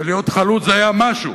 ולהיות חלוץ זה היה משהו.